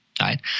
right